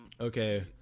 Okay